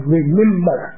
Remember